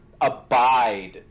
abide